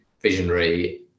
visionary